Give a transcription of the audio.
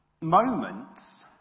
moments